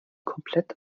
komplett